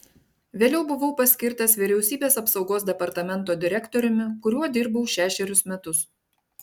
vėliau buvau paskirtas vyriausybės apsaugos departamento direktoriumi kuriuo dirbau šešerius metus